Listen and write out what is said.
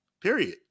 Period